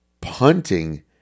punting